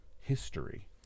history